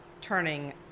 turning